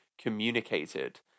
communicated